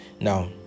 Now